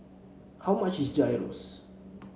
how much is Gyros